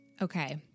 Okay